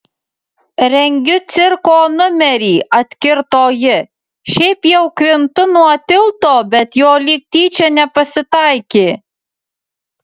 rengiu cirko numerį atkirto ji šiaip jau krintu nuo tilto bet jo lyg tyčia nepasitaikė